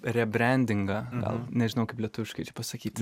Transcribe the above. rebrendingą gal nežinau kaip lietuviškai čia pasakyti